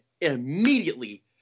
immediately